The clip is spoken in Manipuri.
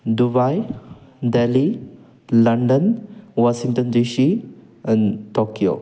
Dubai Delhi London Washington D C N Tokyo